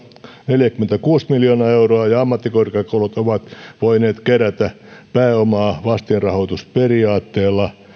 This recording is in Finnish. neljäkymmentäkuusi miljoonaa euroa ja ammattikorkeakoulut ovat voineet kerätä pääomaa vastinrahoitusperiaatteella